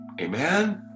Amen